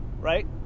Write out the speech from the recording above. right